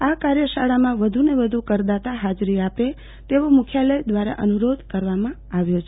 આ કાર્યશાળામાં વધુને વધુ કરદાતા હાજરી આપે તેવો મુખ્યાલય દ્વારા અનુરોધ કરવામાં આવ્યો છે